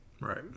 right